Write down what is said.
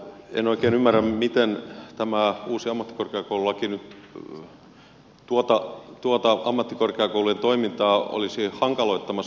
en oikein ymmärrä miten tämä uusi ammattikorkeakoululaki nyt tuota ammattikorkeakoulujen toimintaa olisi hankaloittamassa